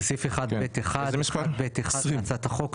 בסעיף 1(ב1)(1)(ב)(1) להצעת החוק,